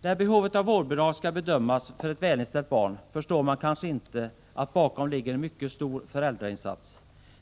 När behovet av vårdbidrag skall bedömas för ett välinställt barn, förstår man kanske inte att bakom ligger en mycket stor föräldrainsats.